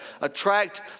attract